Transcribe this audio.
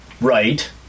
right